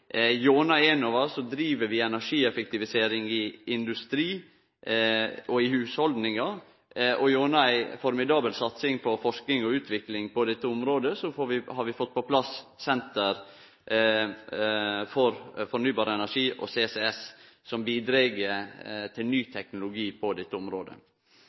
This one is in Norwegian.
Enova driv vi energieffektivisering i industri og i hushald, og gjennom ei formidabel satsing på forsking og utvikling på dette området har vi fått på plass Senter for fornybar energi og CCS, som bidreg til ny teknologi på dette området.